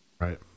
Right